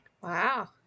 Wow